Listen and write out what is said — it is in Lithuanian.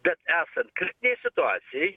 bet esant kritinei situacijai